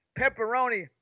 Pepperoni